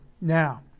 Now